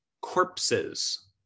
corpses